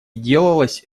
делалось